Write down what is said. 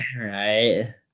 Right